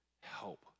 help